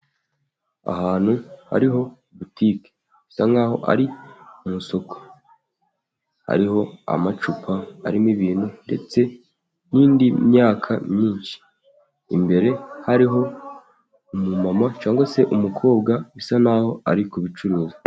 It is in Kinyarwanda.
Ahantu hariho butike bisa nkaho ari mu isoko. Hariho amacupa arimo ibintu ndetse n'indi myaka myinshi. Imbere hariho umumama cyangwa se umukobwa bisa nkaho ari kubicuruza.